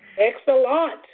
Excellent